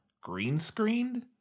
green-screened